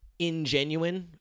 ingenuine